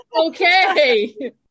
okay